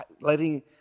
letting